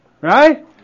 Right